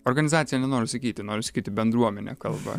organizacija nenoriu sakyti noriu sakyti bendruomenė kalba